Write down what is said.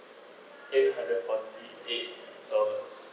eight hundred forty eight uh